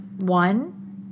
One